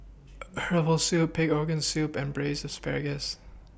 Herbal Soup Pig'S Organ Soup and Braised Asparagus